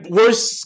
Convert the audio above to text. worse